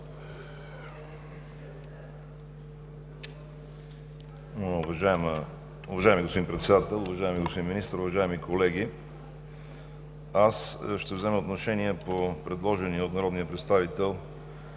Уважаеми господин Председател, уважаеми господин Министър, уважаеми колеги! Аз ще взема отношение по предложението от народния представител